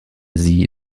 sie